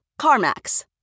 CarMax